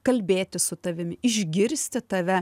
kalbėti su tavimi išgirsti tave